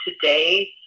today